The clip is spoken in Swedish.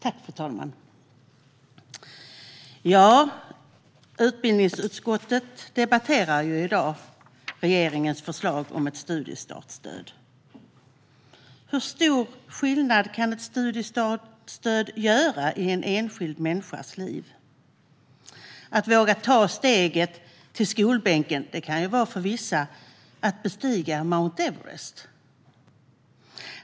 Fru talman! Utbildningsutskottet debatterar i dag regeringens förslag om ett studiestartsstöd. Hur stor skillnad kan ett studiestartsstöd göra i en enskild människas liv? Att våga ta steget till skolbänken kan för vissa vara som att bestiga Mount Everest.